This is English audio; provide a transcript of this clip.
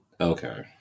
Okay